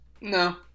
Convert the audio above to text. No